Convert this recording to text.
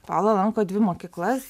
fala lanko dvi mokyklas